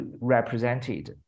represented